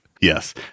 Yes